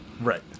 Right